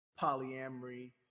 polyamory